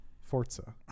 Forza